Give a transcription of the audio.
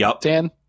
Dan